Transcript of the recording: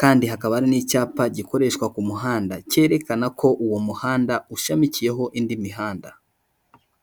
kandi hakaba hari n'icyapa gikoreshwa ku muhanda cyerekana ko uwo muhanda ushamikiyeho indi mihanda.